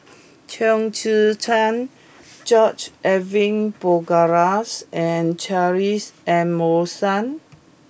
Chong Tze Chien George Edwin Bogaars and Charles Emmerson